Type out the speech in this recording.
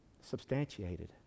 substantiated